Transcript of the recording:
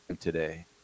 today